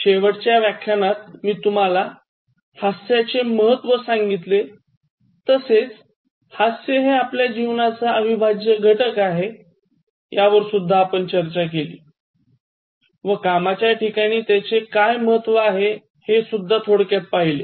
शेवटच्या व्यख्यानात मी तुम्हाला हास्याचे महत्व सांगितले तसेच हास्य हे आपल्या जीवनाचा अविभाज्य अंग आहे यावर सुद्धा आपण चर्चा केली व कामाच्या ठिकाणी त्याचे काय महत्व आहे हे सुद्धा थोडक्यात पहिले